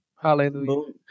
Hallelujah